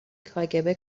kgb